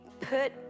put